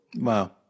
Wow